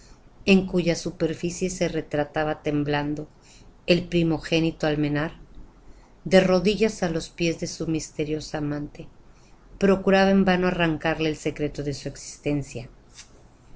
en cuya superficie se retrataba temblando el primogénito de almenar de rodillas á los pies de su misteriosa amante procuraba en vano arrancarle el secreto de su existencia